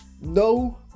No